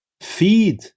feed